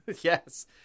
Yes